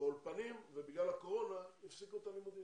באולפנים ובגלל הקורונה הפסיקו את הלימודים.